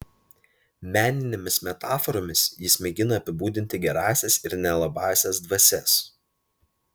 meninėmis metaforomis jis mėgina apibūdinti gerąsias ir nelabąsias dvasias